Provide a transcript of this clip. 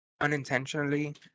unintentionally